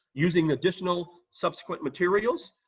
using additional subsequent materials,